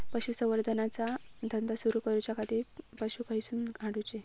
पशुसंवर्धन चा धंदा सुरू करूच्या खाती पशू खईसून हाडूचे?